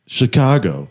Chicago